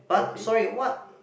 but sorry what